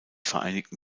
vereinigten